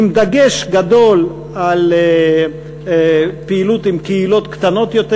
עם דגש גדול על פעילות עם קהילות קטנות יותר.